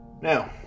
Now